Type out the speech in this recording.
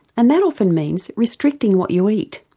and that often means restricting what you eat.